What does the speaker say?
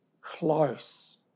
close